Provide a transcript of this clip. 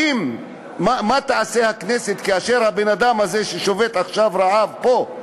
מה תעשה הכנסת כאשר הבן-אדם הזה ששובת עכשיו רעב פה,